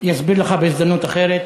אני אסביר לך בהזדמנות אחרת.